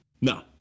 No